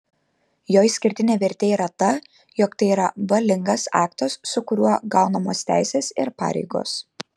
jo išskirtinė vertė yra ta jog tai yra valingas aktas su kuriuo gaunamos teisės ir pareigos